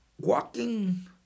walking